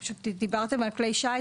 דיברתם על כלי שיט